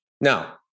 Now